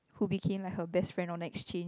who became like her best friend on exchange